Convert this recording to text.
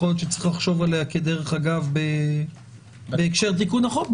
יכול להיות שצריך לחשוב עליה כדרך אגב בהקשר תיקון החוק.